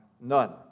None